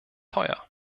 teuer